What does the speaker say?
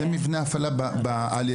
זה מבנה הפעלה בעל-יסודי,